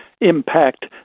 impact